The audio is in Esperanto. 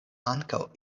ankaŭ